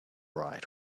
right